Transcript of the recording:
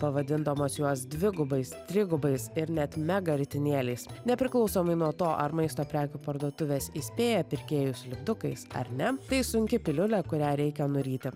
pavadindamos juos dvigubais trigubais ir net mega ritinėliais nepriklausomai nuo to ar maisto prekių parduotuvės įspėja pirkėjus lipdukais ar ne tai sunki piliulė kurią reikia nuryti